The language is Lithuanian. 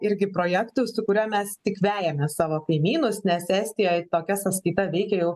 irgi projektų su kuriuo mes tik vejames savo kaimynus nes estijoj tokia sąskaita veikia jau